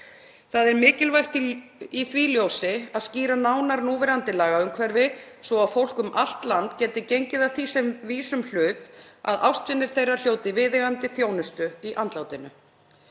Það er mikilvægt í því ljósi að skýra nánar núverandi lagaumhverfi svo að fólk um allt land geti gengið að því sem vísum hlut að ástvinir þeirra hljóti viðeigandi þjónustu í andlátinu.